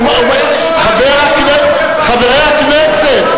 חברי הכנסת,